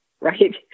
right